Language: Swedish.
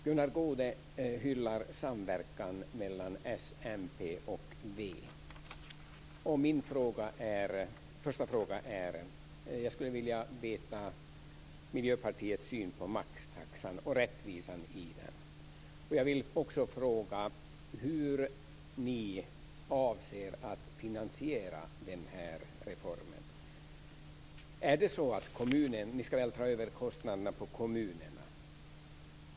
Herr talman! Gunnar Goude hyllar samverkan mellan Socialdemokraterna, Miljöpartiet och Vänsterpartiet. Jag skulle vilja veta Miljöpartiets syn på maxtaxan och rättvisan i den. Jag vill också fråga hur ni avser att finansiera den här reformen. Skall ni vältra över kostnaderna på kommunerna?